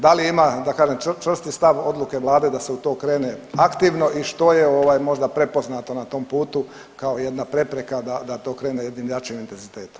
Da li ima, da kažem, čvrsti stav odluke Vlade da se u to krene aktivno i što je ovaj, možda prepoznato na tom putu kao jedna prepreka da to krene jednim jačim intenzitetom.